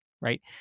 right